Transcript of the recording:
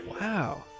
Wow